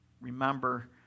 Remember